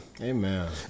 Amen